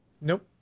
Nope